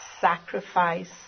sacrifice